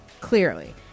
Clearly